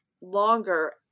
longer